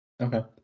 okay